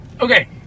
Okay